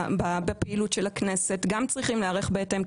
בפעילות של הכנסת גם צריכים להיערך בהתאם,